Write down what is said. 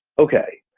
okay.